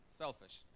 selfish